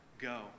go